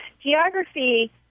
geography